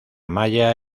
amaya